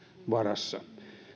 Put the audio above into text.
varassa